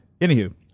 Anywho